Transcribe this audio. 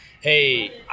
hey